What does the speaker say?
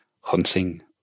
hunting